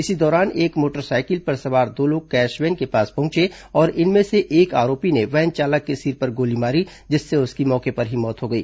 इसी दौरान एक मोटरसाइकिलं पर सवार दो लोग कैश वैन के पास पहुंचे और इनमें से एक आरोपी ने वैन चालक के सिर पर गोली मारी जिससे उसकी मौके पर ही मौत हो गई